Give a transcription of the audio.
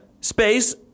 space